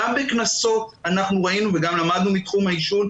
גם בקנסות ראינו וגם למדנו מתחום העישון,